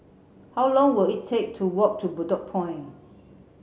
how long will it take to walk to Bedok Point